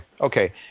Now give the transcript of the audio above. Okay